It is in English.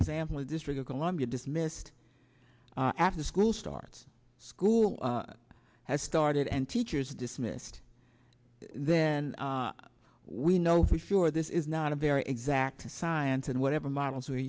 example the district of columbia dismissed after school starts school has started and teachers dismissed then we know for sure this is not a very exact science and whatever models we're